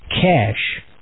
Cash